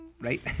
Right